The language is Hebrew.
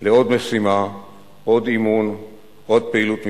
לעוד משימה, עוד אימון, עוד פעילות מבצעית.